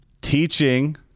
Teaching